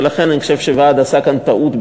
ולכן אני חושב שהוועד עשה כאן טעות,